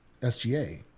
SGA